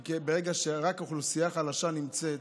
כי ברגע שרק אוכלוסייה חלשה נמצאת,